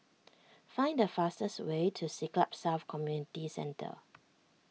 find the fastest way to Siglap South Community Centre